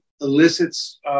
elicits